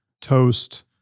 Toast